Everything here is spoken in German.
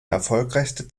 erfolgreichste